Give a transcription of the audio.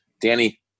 Danny